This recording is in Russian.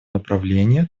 направления